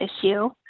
issue